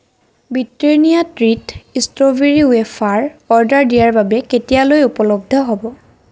Britannia treat strawberry wafer order দিয়াৰ বাবে কেতিয়ালৈ উপলব্ধ হ'ব